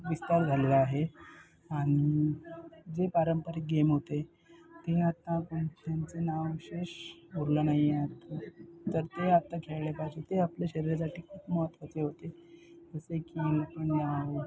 वि विस्तार झालेला आहे आणि जे पारंपारिक गेम होते ते आत्ता कोण त्यांचं नाव विशेष बोललं नाही आहे आता तर ते आत्ता खेळले पाहिजे ते आपल्या शरीरासाठी खूप महत्त्वाचे होते जसे की पण